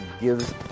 gives